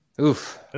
Oof